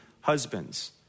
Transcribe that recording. husbands